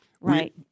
right